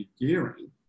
gearing